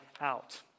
out